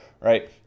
right